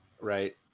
right